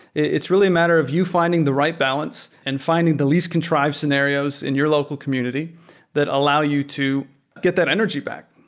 it's really a matter of you finding the right balance and finding the least contrived scenarios in your local community that allow you to get that energy back.